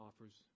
offers